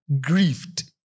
Grieved